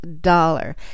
dollar